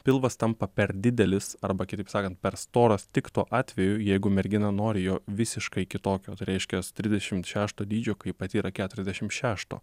pilvas tampa per didelis arba kitaip sakant per storas tik tuo atveju jeigu mergina nori jo visiškai kitokio tai reiškias trisdešimt šešto dydžio kai pati yra keturiasdešim šešto